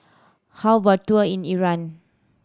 how about a tour in Iran